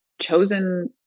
chosen